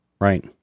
Right